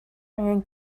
angen